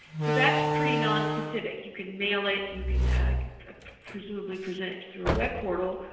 so, that's pretty nonspecific you can mail it, you can presumably present it through a web portal,